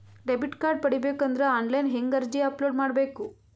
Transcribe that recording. Debit card ಪಡಿಬೇಕು ಅಂದ್ರ online ಹೆಂಗ್ ಅರ್ಜಿ ಅಪಲೊಡ ಮಾಡಬೇಕು?